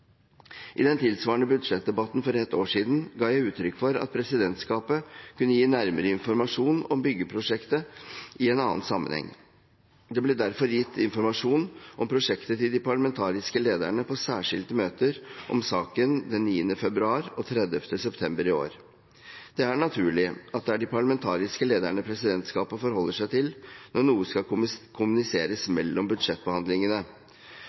I den tilsvarende budsjettdebatten for ett år siden ga jeg uttrykk for at presidentskapet kunne gi nærmere informasjon om byggeprosjektet i en annen sammenheng. Det ble derfor gitt informasjon om prosjektet til de parlamentariske lederne i særskilte møter om saken 9. februar og 30. september i år. Det er naturlig at det er de parlamentariske lederne presidentskapet forholder seg til når noe skal kommuniseres mellom budsjettbehandlingene,